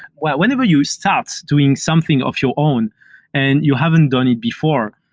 whenever you start doing something of your own and you haven't done it before,